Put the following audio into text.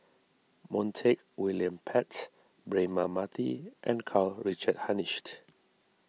Montague William Pett Braema Mathi and Karl Richard Hanitsch